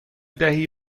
دهی